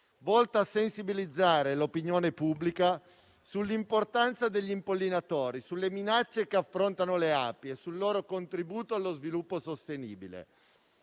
volta a sensibilizzare l'opinione pubblica sull'importanza degli impollinatori, sulle minacce che affrontano le api e sul loro contributo allo sviluppo sostenibile.